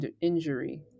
injury